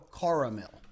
caramel